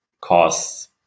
costs